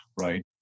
right